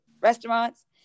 restaurants